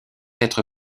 être